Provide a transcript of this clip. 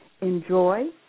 Enjoy